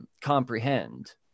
Comprehend